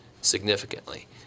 significantly